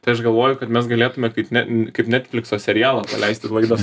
tai aš galvoju kad mes galėtume kaip ne kaip netflikso serialą paleisti laidą